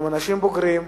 הם אנשים בוגרים,